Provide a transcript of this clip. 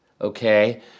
okay